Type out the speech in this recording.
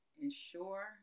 ensure